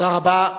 תודה רבה.